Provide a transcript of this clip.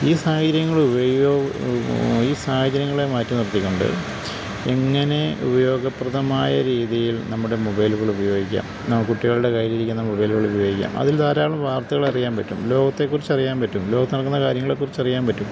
ഈ സാഹചര്യങ്ങള് ഈ സാഹചര്യങ്ങളെ മാറ്റി നിർത്തിക്കൊണ്ട് എങ്ങനെ ഉപയോഗപ്രദമായ രീതിയിൽ നമ്മുടെ മൊബൈലുകൾ ഉപയോഗിക്കാം നമ്മുടെ കുട്ടികളുടെ കയ്യിലിരിക്കുന്ന മൊബൈലുകള് ഉപയോഗിക്കാം അതില് ധാരാളം വാർത്തകളറിയാൻ പറ്റും ലോകത്തെക്കുറിച്ചറിയാൻ പറ്റും ലോകത്തു നടക്കുന്ന കാര്യങ്ങളെക്കുറിച്ചറിയാൻ പറ്റും